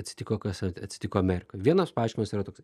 atsitiko kas atsitiko amerikoj vienas paaiškinimas yra toksai